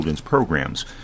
programs